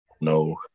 No